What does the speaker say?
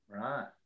right